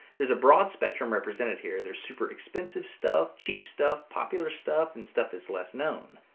there's a broad spectrum represented here. there's super expensive stuff, cheap stuff, popular stuff, and stuff that's less known.